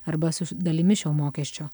arba su dalimi šio mokesčio